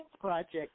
project